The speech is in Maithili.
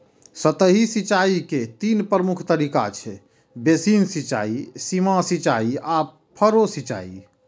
सतही सिंचाइ के तीन प्रमुख तरीका छै, बेसिन सिंचाइ, सीमा सिंचाइ आ फरो सिंचाइ